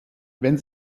wenn